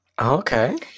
Okay